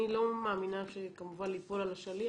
אני לא מאמינה כמובן ליפול על השליח.